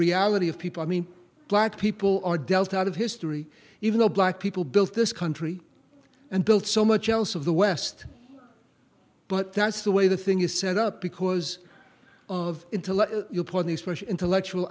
reality of people i mean black people are dealt out of history even though black people built this country and built so much else of the west but that's the way the thing is set up because of intellect your point is fresh intellectual